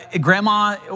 grandma